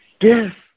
Yes